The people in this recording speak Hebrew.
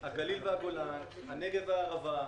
הגליל והגולן, הנגב והערבה,